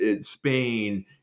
Spain